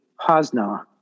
Hosna